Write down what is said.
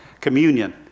communion